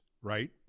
right